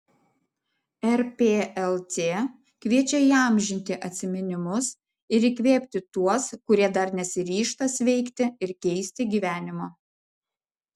rplc kviečia įamžinti atsiminimus ir įkvėpti tuos kurie dar nesiryžta sveikti ir keisti gyvenimo